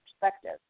perspective